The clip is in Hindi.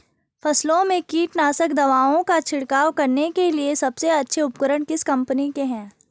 फसलों में कीटनाशक दवाओं का छिड़काव करने के लिए सबसे अच्छे उपकरण किस कंपनी के हैं?